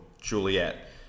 Juliet